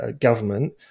government